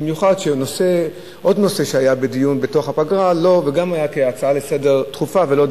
במיוחד כשעוד נושא שהיה בדיון בפגרה וגם עלה כהצעה דחופה לסדר-היום,